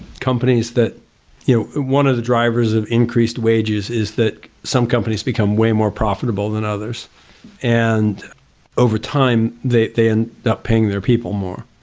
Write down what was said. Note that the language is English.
companies that you know, one of the drivers of increased wages is that some companies become way more profitable than others and over time, they they end up paying their people more.